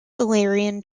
illyrian